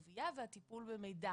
הם לא עוסקים בגבייה עצמה.